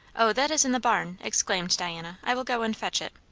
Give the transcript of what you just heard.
o, that is in the barn! exclaimed diana. i will go and fetch it.